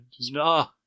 No